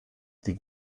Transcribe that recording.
die